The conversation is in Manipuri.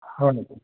ꯍꯣꯏ